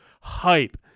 hype